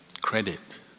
credit